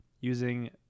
using